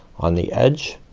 on the edge.